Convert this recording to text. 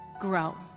grow